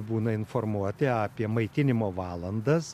būna informuoti apie maitinimo valandas